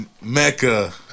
mecca